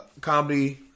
comedy